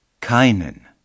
keinen